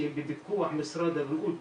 שהם בפיקוח משרד הבריאות,